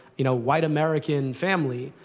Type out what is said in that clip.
you know, white american family,